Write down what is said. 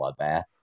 Bloodbath